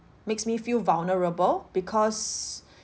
makes me feel vulnerable because